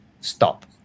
stop